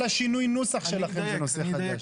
כל הנוסח החדש שלכם זה נושא חדש.